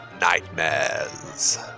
nightmares